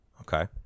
Okay